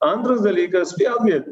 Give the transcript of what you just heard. antras dalykas vėlgi